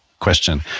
question